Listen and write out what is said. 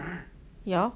ya